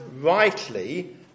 rightly